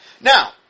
Now